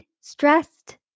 stressed